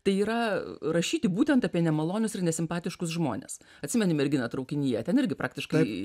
tai yra rašyti būtent apie nemalonius ir nesimpatiškus žmones atsimeni merginą traukinyje ten irgi praktiškai